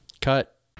Cut